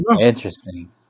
Interesting